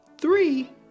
Three